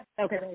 Okay